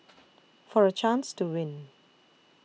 for a chance to win